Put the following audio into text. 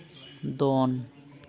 ᱫᱚᱱ